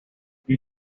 you